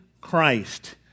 Christ